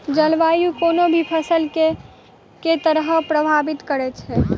जलवायु कोनो भी फसल केँ के तरहे प्रभावित करै छै?